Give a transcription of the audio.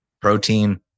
protein